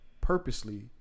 purposely